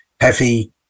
heavy